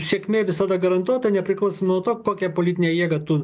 sėkmė visada garantuota nepriklausomai nuo to kokią politinę jėgą tu